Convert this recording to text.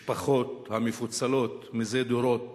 משפחות המפוצלות מזה דורות